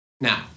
Now